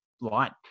light